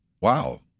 wow